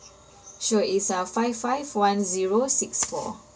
sure it's uh five five one zero six four